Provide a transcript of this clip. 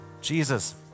Jesus